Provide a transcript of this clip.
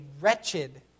wretched